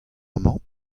amañ